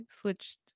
switched